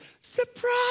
surprise